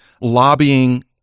lobbying